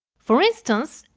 for instance,